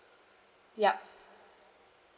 ya